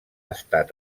estat